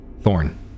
Thorn